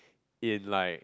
in like